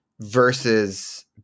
versus